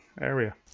area